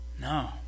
No